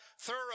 thorough